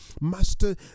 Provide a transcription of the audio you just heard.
master